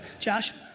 josh?